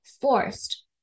forced